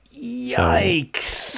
yikes